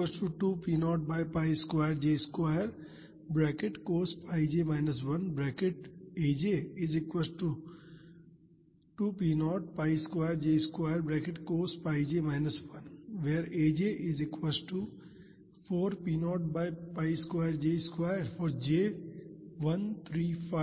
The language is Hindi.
aj 4p0 by pi square j square होगा